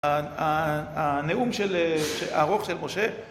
הנאום הארוך של משה